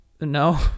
No